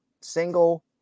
single